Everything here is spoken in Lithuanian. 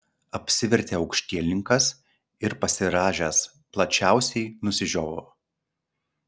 apsivertė aukštielninkas ir pasirąžęs plačiausiai nusižiovavo